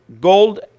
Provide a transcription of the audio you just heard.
gold